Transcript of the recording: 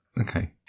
Okay